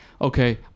okay